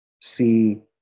see